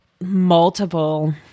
multiple